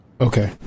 Okay